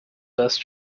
best